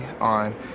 on